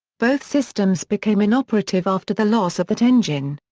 both systems became inoperative after the loss of that engine.